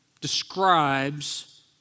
describes